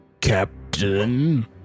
captain